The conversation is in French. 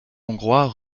hongrois